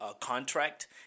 contract